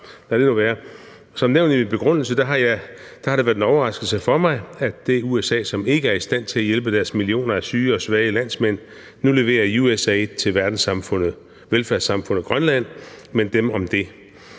Som nævnt i begrundelsen har det været en overraskelse for mig, at det USA, som ikke er i stand til at hjælpe deres millioner af syge og svage landsmænd, nu leverer USAID til velfærdssamfundet Grønland – men dem om det.